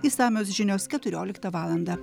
išsamios žinios keturioliktą valandą